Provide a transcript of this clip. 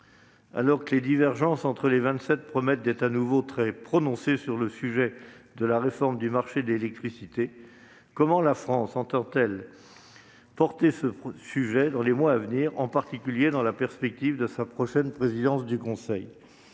alors que les divergences entre les Vingt-Sept promettent d'être à nouveau très prononcées sur le sujet de la réforme du marché de l'électricité, comment la France entend-elle promouvoir ce projet dans les mois à venir, en particulier dans la perspective de sa prochaine présidence du Conseil ?